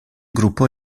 gruppo